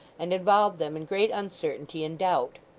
and involved them in great uncertainty and doubt.